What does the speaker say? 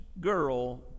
girl